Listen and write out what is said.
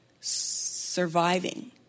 surviving